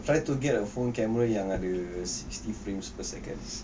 try to get a phone camera yang ada sixty frames per second